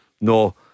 no